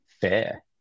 fair